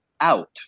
out